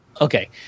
okay